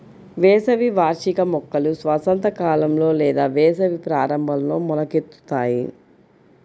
వేసవి వార్షిక మొక్కలు వసంతకాలంలో లేదా వేసవి ప్రారంభంలో మొలకెత్తుతాయి